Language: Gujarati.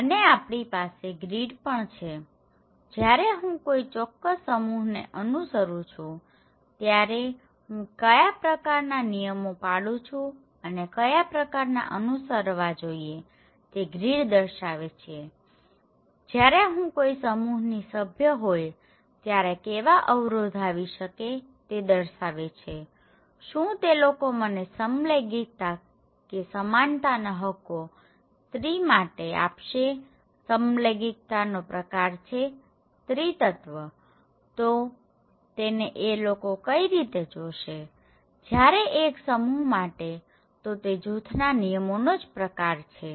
અને આપણી પાસે ગ્રીડ પણ છેજ્યારે હું કોઈ ચોક્કસ સમૂહને અનુસરું છું ત્યારે હું ક્યાં પ્રકારના નિયમો પાડું છું અને ક્યાં પ્રકારના અનુસરવા જોઈએ તે ગ્રીડ દર્શાવે છેજયારે હું કોઈ સમુહની સભ્ય હોય ત્યારે કેવા અવરોધ આવી શકે તે દર્શાવે છેશું તે લોકો મને સમલૈંગિકતા કે સમાનતાના હકો સ્ત્રી માટે આપશેસમલૈંગિકતાનો પ્રકાર છે સ્ત્રીત્વં તો તેને એ લોકો કઈ રીતે જોશેજ્યારે એક સમૂહ માટે તો તે જુથના નિયમનો જ પ્રકાર છે